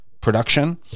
production